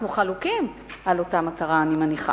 אני מניחה